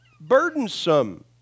burdensome